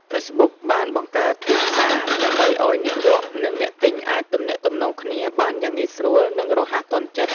ហ្វេសប៊ុកបានបង្កើត ទីផ្សារ ដើម្បីឱ្យអ្នកលក់និងអ្នកទិញអាចទំនាក់ទំនងគ្នាបានយ៉ាងងាយស្រួលនិងរហ័សទាន់ចិត្ត។